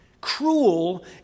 Cruel